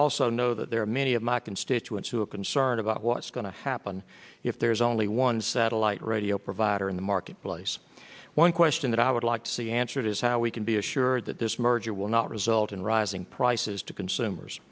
also know that there are many of my constituents who are concerned about what's going to happen if there is only one satellite radio provider in the marketplace one question that i would like to see answered is how we can be assured that this merger will not result in rising prices to consumers